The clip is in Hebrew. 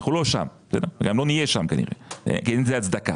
אנחנו לא שם וכנראה גם לא נהיה שם כי אין לזה הצדקה.